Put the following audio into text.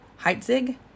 Heitzig